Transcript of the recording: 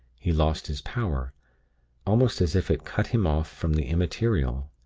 he lost his power almost as if it cut him off from the immaterial.